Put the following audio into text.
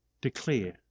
declare